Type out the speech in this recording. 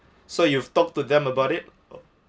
so you've talked to them about it